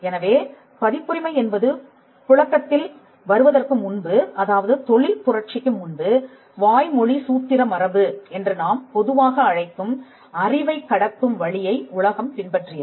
எனவே பதிப்புரிமை என்பது புழக்கத்தில் வருவதற்கு முன்பு அதாவது தொழில் புரட்சிக்கு முன்பு வாய்மொழி சூத்திர மரபு என்று நாம் பொதுவாக அழைக்கும் அறிவைக் கடத்தும் வழியை உலகம் பின்பற்றியது